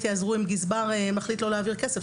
אם גזבר מחליט שלא להעביר כסף.